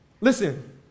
Listen